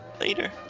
Later